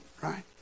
right